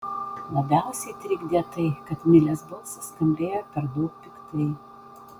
labiausiai trikdė tai kad milės balsas skambėjo per daug piktai